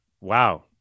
wow